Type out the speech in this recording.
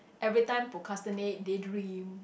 everytime procrastinate day dream